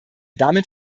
damit